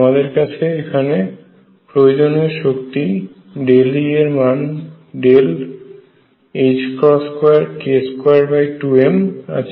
আমাদের কাছে এখানে প্রয়োজনীয় শক্তি ∆E এর মান 2k22m আছে